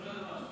כל הזמן.